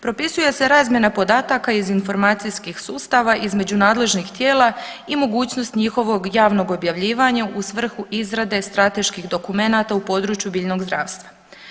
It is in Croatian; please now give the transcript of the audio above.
Propisuje se razmjena podataka iz informacijskih sustava između nadležnih tijela i mogućnost njihovog javnog objavljivanja u svrhu izrade strateških dokumenata u području biljnog zdravstva.